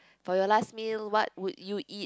for your last meal what would you eat